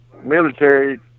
military